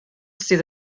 sydd